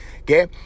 okay